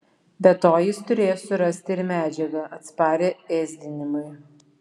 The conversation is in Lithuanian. be to jis turėjo surasti ir medžiagą atsparią ėsdinimui